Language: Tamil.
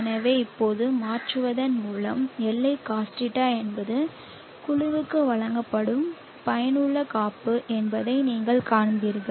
எனவே இப்போது மாற்றுவதன் மூலம் Li cos θ என்பது குழுவுக்கு வழங்கப்படும் பயனுள்ள காப்பு என்பதை நீங்கள் காண்பீர்கள்